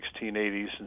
1680s